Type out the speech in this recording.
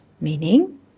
meaning